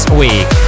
week